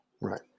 Right